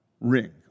ring